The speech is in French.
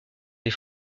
des